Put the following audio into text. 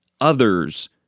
others